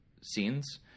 scenes